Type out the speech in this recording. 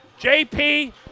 JP